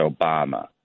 Obama